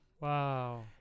Wow